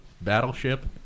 battleship